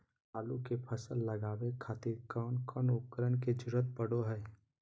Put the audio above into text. आलू के फसल लगावे खातिर कौन कौन उपकरण के जरूरत पढ़ो हाय?